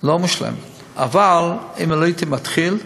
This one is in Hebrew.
אבל אם לא הייתי מתחיל,